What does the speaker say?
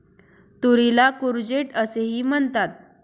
तुरीला कूर्जेट असेही म्हणतात